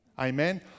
Amen